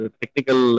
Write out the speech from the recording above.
technical